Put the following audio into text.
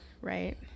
right